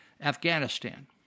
afghanistan